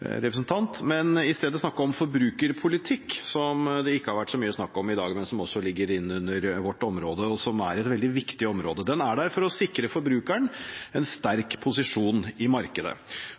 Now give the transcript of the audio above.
representant, og i stedet snakke om forbrukerpolitikk, som det ikke har vært så mye snakk om i dag, men som også ligger innunder vårt område, og som er et veldig viktig område. Forbrukerpolitikken er til for å sikre forbrukeren en